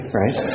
right